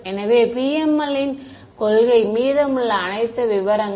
எனவே இது PML இன் கொள்கை மீதமுள்ள அனைத்தும் விவரங்கள்